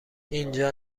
اینجا